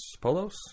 polos